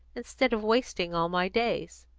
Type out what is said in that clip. instead of wasting all my days.